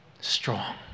strong